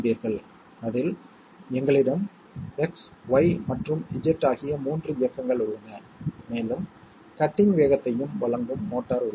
எனவே நாம் என்ன செய்கிறோம் என்பதைப் புரிந்துகொண்டு ABC யை எடுத்து இறுதியில் மேலும் ஒரு ABC யை க் கூட்டுகிறோம்